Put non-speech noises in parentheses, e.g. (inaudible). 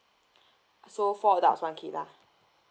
(breath) so four adults one kid lah